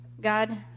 God